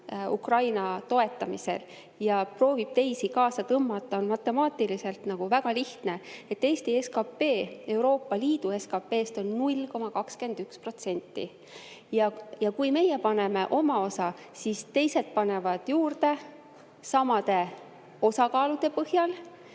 Ukraina toetamisel ja proovib teisi kaasa tõmmata, on matemaatiliselt väga lihtne. Eesti SKP Euroopa Liidu SKP‑st on 0,21% ja kui meie paneme oma osa, siis teised panevad juurde samade osakaalude põhjal